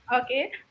Okay